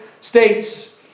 States